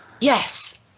yes